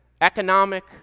economic